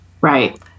Right